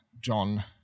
John